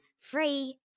Free